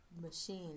machine